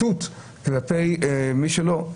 בנחיתות כלפי מי שלא.